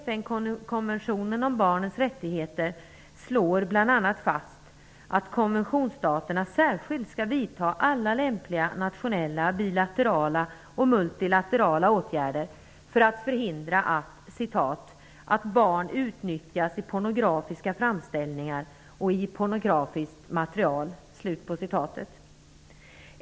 FN-konventionen om barnens rättigheter slår bland annat fast att konventionsstaterna särskilt skall vidta alla lämpliga nationella bilaterala och multilaterala åtgärder för att förhindra att ''barn utnyttjas i pornografiska framställningar och i pornografiskt material''.